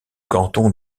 canton